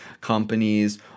companies